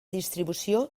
distribució